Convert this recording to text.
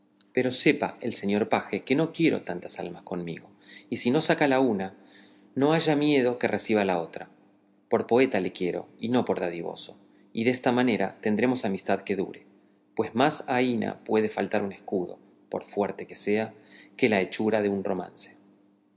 pero sepa el señor paje que no quiero tantas almas conmigo y si no saca la una no haya miedo que reciba la otra por poeta le quiero y no por dadivoso y desta manera tendremos amistad que dure pues más aína puede faltar un escudo por fuerte que sea que la hechura de un romance